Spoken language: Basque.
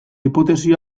hipotesi